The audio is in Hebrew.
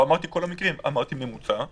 לא אמרתי שבכל המקרים, אמרתי שהממוצע כיממה.